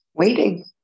Waiting